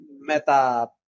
meta